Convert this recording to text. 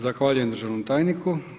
Zahvaljujem državnom tajniku.